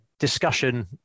discussion